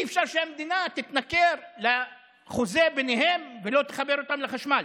אי-אפשר שהמדינה תתנכר לחוזה עימם ולא תחבר אותם לחשמל.